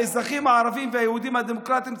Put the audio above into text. האזרחים הערבים והיהודים הדמוקרטים,